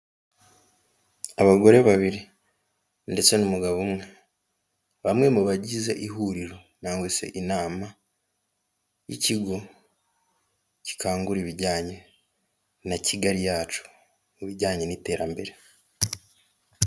Abagore babiri, ndetse n'umugabo umwe. Bamwe mu bagize ihuriro nangwa se inama y'ikigo gikangura ibijyanye na Kigali yacu n'ibijyanye n'iterambere.